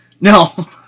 No